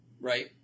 right